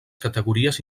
categories